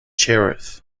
sheriff